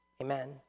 Amen